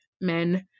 men